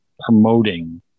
promoting